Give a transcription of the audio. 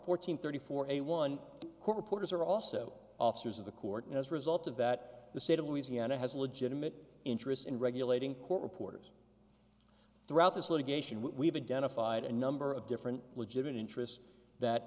fourteen thirty four a one quarter porters are also officers of the court and as a result of that the state of louisiana has a legitimate interest in regulating court reporters throughout this litigation we've identified a number of different legitimate interests that